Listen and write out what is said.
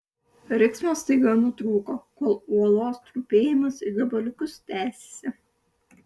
riksmas staiga nutrūko kol uolos trupėjimas į gabaliukus tęsėsi